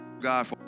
God